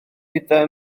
gyda